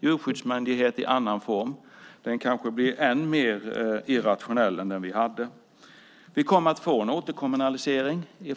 En djurskyddsmyndighet i annan form kanske blir än mer irrationell än den vi hade. Vi kommer att få en återkommunalisering. Det